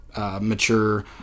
Mature